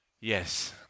Yes